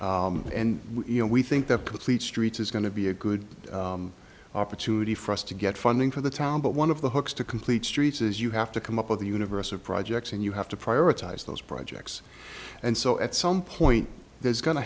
and we think that put fleet street is going to be a good opportunity for us to get funding for the town but one of the hooks to complete streets is you have to come up with the universe of projects and you have to prioritize those projects and so at some point there's going to